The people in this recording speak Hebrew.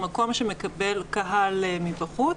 מקום שמקבל קהל מבחוץ,